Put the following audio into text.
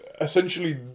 essentially